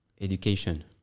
education